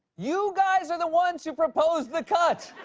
you guys are the ones who proposed the cut!